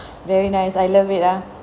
very nice I love it ah